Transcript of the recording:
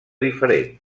diferent